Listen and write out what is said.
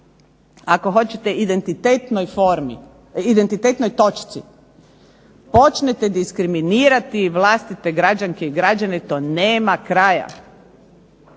ako hoćete identitetnoj točci počnete diskriminirati vlastite građanke i građane to nema kraja.